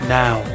now